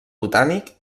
botànic